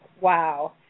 Wow